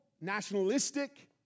nationalistic